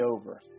over